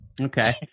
Okay